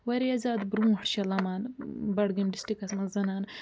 وارِیاہ زیادٕ برٛونٛٹھ چھِ لمان بڑٕگٲمۍ ڈسٹکس منٛز زنان